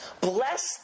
bless